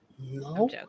No